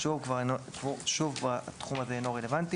שוב, התחום זה כבר איננו רלוונטי.